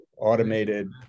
automated